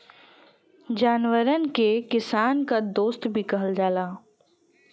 जानवरन के किसान क दोस्त भी कहल जाला